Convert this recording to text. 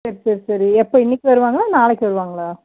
சரி சரி சரி எப்போ இன்றைக்கு வருவாங்களா இல்லை நாளைக்கு வருவாங்களா